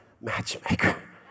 matchmaker